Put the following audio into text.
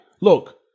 Look